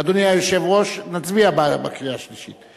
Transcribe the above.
אדוני היושב-ראש, נצביע בקריאה השלישית?